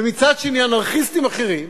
ומצד שני, אנרכיסטים אחרים,